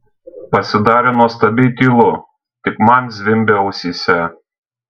pasidarė nuostabiai tylu tik man zvimbė ausyse